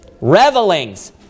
revelings